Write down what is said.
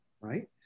right